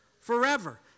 forever